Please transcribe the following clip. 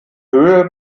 höhe